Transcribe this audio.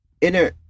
inner